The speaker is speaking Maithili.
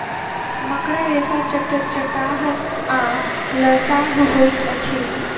मकड़ा रेशा चटचटाह आ लसाह होइत अछि